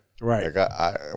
Right